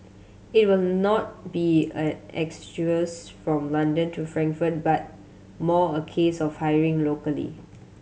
it will not be an exodus from London to Frankfurt but more a case of hiring locally